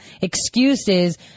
excuses